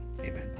Amen